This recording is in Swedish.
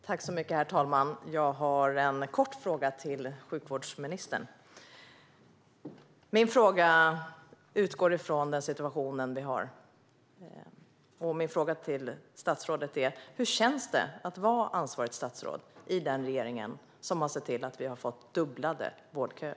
Herr talman! Jag har en kort fråga till sjukvårdsministern utifrån den situation vi har: Hur känns det att vara ansvarigt statsråd i en regering som sett till att vi fått dubblade vårdköer?